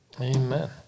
Amen